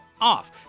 off